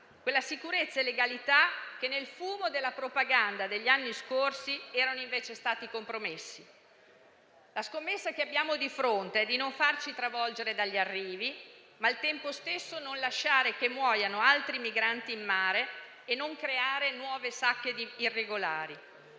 quella sicurezza e quella legalità che nel fumo della propaganda degli anni scorsi erano invece state compromesse. La scommessa che abbiamo di fronte è di non farci travolgere dagli arrivi, ma al tempo stesso non lasciare che muoiano altri migranti in mare e non creare nuove sacche di irregolari;